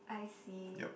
I see